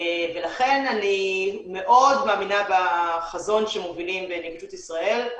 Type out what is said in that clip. לכן אני מאוד מאמינה בחזון שמובילים נגישות ישראל.